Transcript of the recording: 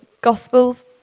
gospels